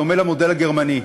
בדומה למודל הגרמני,